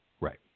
Right